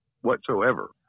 whatsoever